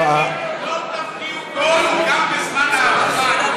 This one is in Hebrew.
לא תבקיעו גול גם בזמן ההארכה.